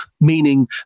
Meaning